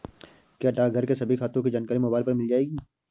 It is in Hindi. क्या डाकघर के सभी खातों की जानकारी मोबाइल पर मिल जाएगी?